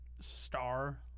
star